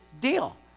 deal